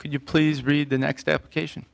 can you please read the next step cation